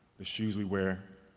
the shoes we wear.